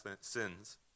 sins